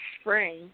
spring